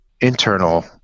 internal